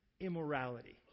immorality